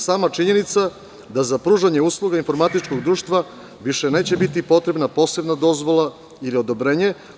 Sama činjenica da za pružanje usluga informatičkog društva više neće biti potrebna posebna dozvola ili odobrenje.